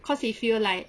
cause he feel like